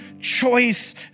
choice